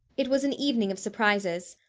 it was an evening of surprises.